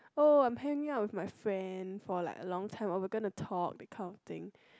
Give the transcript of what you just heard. oh I am hanging out with my friend for like a long time or we gonna to talk that kind of thing